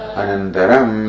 anandaram